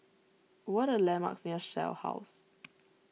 what are the landmarks near Shell House